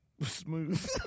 Smooth